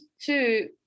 two